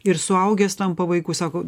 ir suaugęs tampa vaiku sako